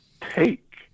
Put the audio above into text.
take